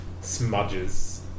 smudges